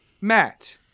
Matt